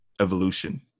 evolution